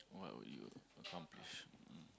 what would you accomplish mm